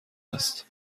است